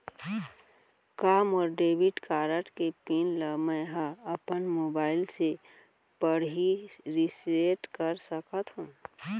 का मोर debit card के पिन ल मैं ह अपन मोबाइल से पड़ही रिसेट कर सकत हो?